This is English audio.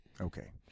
Okay